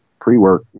pre-work